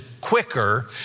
quicker